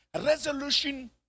resolution